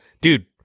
Dude